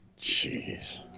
Jeez